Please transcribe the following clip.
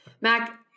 Mac